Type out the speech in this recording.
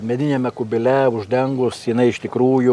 mediniame kubile uždengus jinai iš tikrųjų